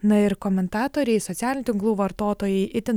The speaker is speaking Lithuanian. na ir komentatoriai socialinių tinklų vartotojai itin